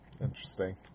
Interesting